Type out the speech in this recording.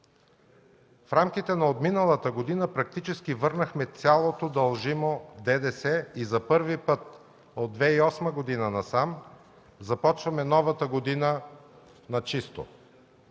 В рамките на отминалата година практически върнахме цялото дължимо ДДС и за първи път от 2008 г. насам започваме новата година на чисто.